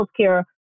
healthcare